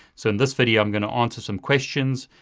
so in this video i'm gonna answer some questions.